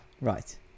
Right